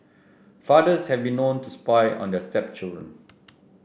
fathers have been known to spy on their stepchildren